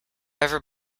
ever